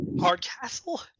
Hardcastle